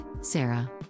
Sarah